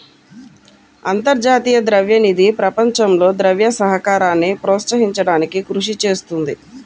అంతర్జాతీయ ద్రవ్య నిధి ప్రపంచంలో ద్రవ్య సహకారాన్ని ప్రోత్సహించడానికి కృషి చేస్తుంది